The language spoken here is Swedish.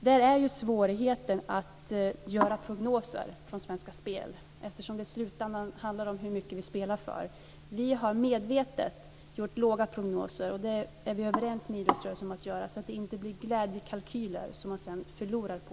Där är svårigheten att göra prognoser från Svenska Spel eftersom det i slutändan handlar om hur mycket vi spelar för. Vi har medvetet gjort låga prognoser. Vi är överens med idrottsrörelsen om att göra det. Det får inte bli glädjekalkyler som man sedan förlorar på.